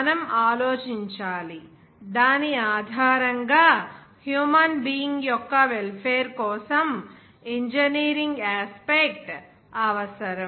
మనం ఆలోచించాలి దాని ఆధారంగా హ్యూమన్ బీయింగ్ యొక్క వెల్ఫేర్ కోసం ఇంజనీరింగ్ యాస్పెక్ట్ అవసరం